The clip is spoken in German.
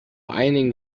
einigen